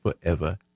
forever